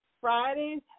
Friday's